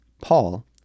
Paul